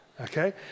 okay